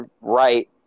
right